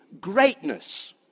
greatness